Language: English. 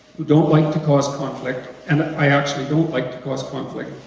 who don't like to cause conflict. and i actually don't like to cause conflict,